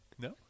No